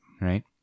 Right